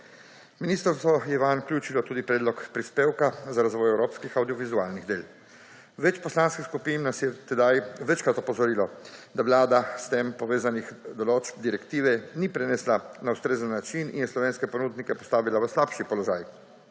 Ministrstvo je vanj vključilo tudi predlog prispevka za razvoj evropskih avdiovizualnih del. Več poslanskih skupin nas je tedaj večkrat opozorilo, da vlada s tem povezanih določb direktive ni prenesla na ustrezen način in je slovenske ponudnike postavila v slabši položaj,